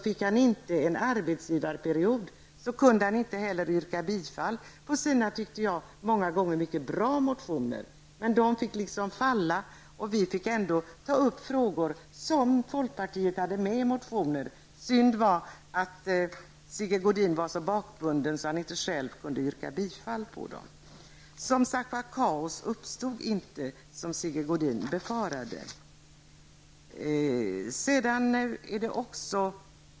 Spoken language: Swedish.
Om han inte fick en arbetsgivarperiod så kunde han inte heller yrka bifall till sina, många gånger mycket bra, motioner. De fick falla och vi fick ändå ta upp de frågor som folkpartiet hade med i motioner. Det var synd att Sigge Godin var så bakbunden att han inte själv kunde yrka bifall till dem. Det uppstod inte kaos som Sigge Godin befarade.